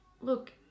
look